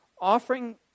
offering